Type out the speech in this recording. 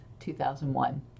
2001